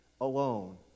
alone